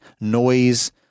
noise